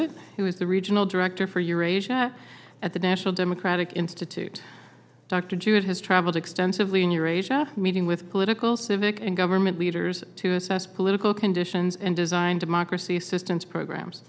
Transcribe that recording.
is the regional director for eurasia at the national democratic institute dr jewett has traveled extensively in eurasia meeting with political civic and government leaders to assess political conditions and design democracy assistance programs